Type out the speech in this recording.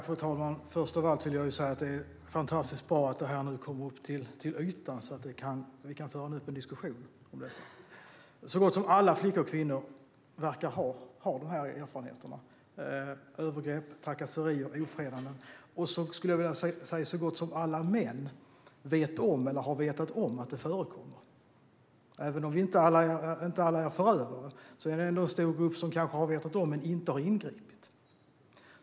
Fru talman! Först av allt vill jag säga att det är fantastiskt bra att det här kommer upp till ytan, så att vi kan föra en öppen diskussion om det. Så gott som alla flickor och kvinnor verkar ha de här erfarenheterna - övergrepp, trakasserier och ofredanden. Och så gott som alla män vet om eller har vetat om att det förekommer. Även om vi inte alla är förövare är det ändå en stor grupp som har vetat om det men inte ingripit.